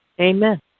Amen